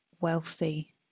wealthy